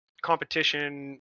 competition